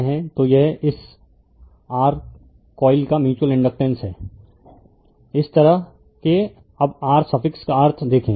तो यह इस r कोइल का म्यूच्यूअल इंडकटेन्स है इस तरह के अब r सफिक्स का अर्थ देखें